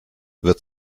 wird